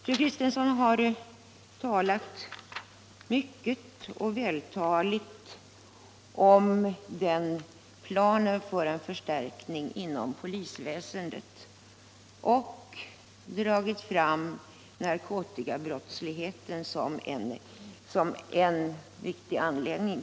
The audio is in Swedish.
Fru Kristensson har talat mycket och vältaligt om planen för en personalförstärkning inom polisväsendet och framhållit narkotikabrottsligheten som en viktig anledning.